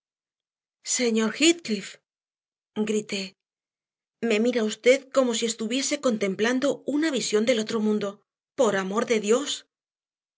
señor heathcliff grité me mira usted como si estuviese contemplando una visión del otro mundo por amor de dios